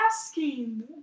asking